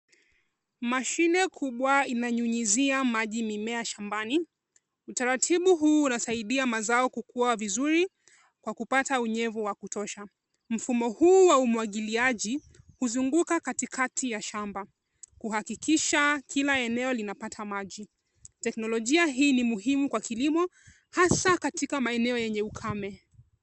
Mashine kubwa inanyunyizia maji shamabani utaratibu huu unasaidia mazo kukua vizuri kwa kupata unyevu wa kutosha. Mfumo huu wa umwagiliaji huzunguka katikati ya shamba kuhakikisha kila eneo linapata maji. Teknolojia hii ni muhimu hasa maeneo enye ukame.